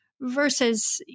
versus